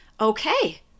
Okay